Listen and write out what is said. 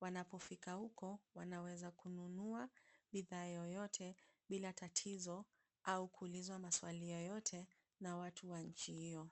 Wanapofika huko, wanaweza kununua bidhaa yoyote bila tatizo au kuulizwa maswali yoyote na watu wa nchi hiyo.